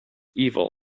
evil